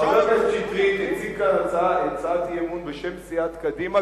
חבר הכנסת שטרית הציג כאן הצעת אי-אמון בשם סיעת קדימה,